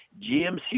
GMC